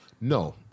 no